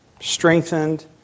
strengthened